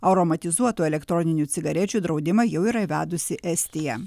aromatizuotų elektroninių cigarečių draudimą jau yra įvedusi estija